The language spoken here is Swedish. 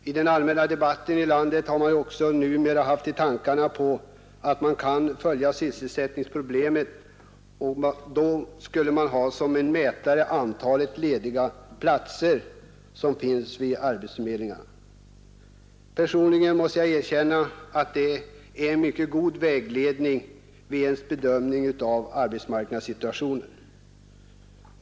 I den allmänna debatten i landet har numera framförts det förslaget att man skulle följa sysselsättningsproblemet med utgångspunkt i antalet lediga platser vid arbetsförmedlingarna. Personligen måste jag erkänna, att det är en mycket god vägledning vid bedömningen av arbetsmarknadssituationen.